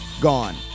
gone